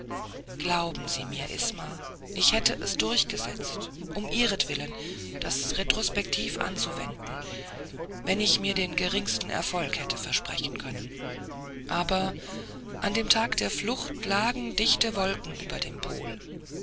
glauben sie mir isma ich hätte es durchgesetzt um ihretwillen das retrospektiv anzuwenden wenn ich mir den geringsten erfolg hätte versprechen können aber an dem tag der flucht lagen dichte wolken über dem pol